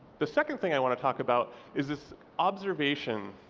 the second thing i want to talk about is this observation,